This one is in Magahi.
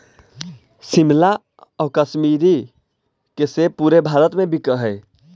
शिमला आउ कश्मीर के सेब पूरे भारत में बिकऽ हइ